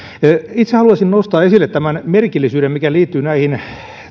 itse haluaisin nostaa esille tämän merkillisyyden mikä liittyy näihin